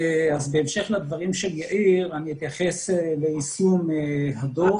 בהמשך לדברים של יאיר, אני אתייחס ליישום הדוח.